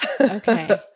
Okay